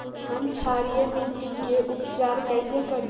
हम क्षारीय मिट्टी के उपचार कैसे करी?